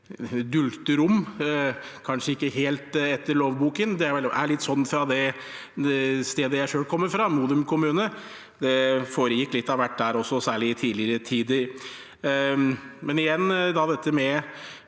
dulgte rom, kanskje ikke helt etter lovboken. Det er litt sånn på det stedet jeg selv kommer fra, Modum kommune. Det foregikk litt av hvert der også, særlig i tidligere tider. Igjen til dette med